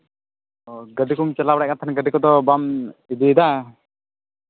ᱜᱟᱹᱰᱤ ᱠᱚᱢ ᱪᱟᱞᱟᱣ ᱵᱟᱲᱟᱭᱮᱫ ᱛᱟᱦᱮᱱ ᱜᱟᱹᱰᱤ ᱠᱚᱫᱚ ᱵᱟᱢ ᱤᱫᱤᱭᱮᱫᱟ